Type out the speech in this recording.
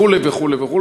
וכו' וכו'.